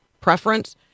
preference